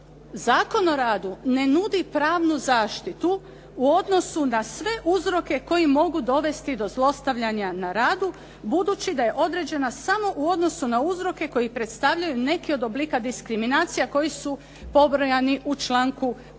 Zakon o radu ne nudi pravnu zaštitu u odnosu na sve uzroke koji mogu dovesti do zlostavljanja na radu, budući da je određena samo u odnosu na uzroke koji predstavljaju neke od oblika diskriminacija koji su pobrojani u članku 2.